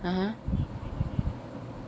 (uh huh)